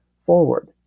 forward